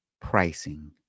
pricing